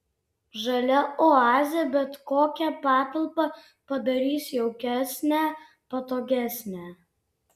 žalia oazė bet kokią patalpą padarys jaukesnę patogesnę